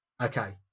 okay